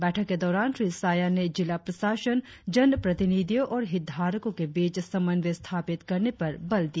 बैठक के दौरान श्री साया ने जिला प्रशासन जन प्रतिनिधियों और हितधारको के बीच समन्वय स्थापित करने पर बल दिया